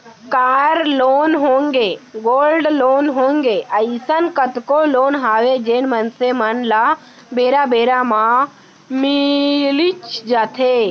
car loan होगे, gold loan होगे, अइसन कतको लोन हवय जेन मनसे मन ल बेरा बेरा म मिलीच जाथे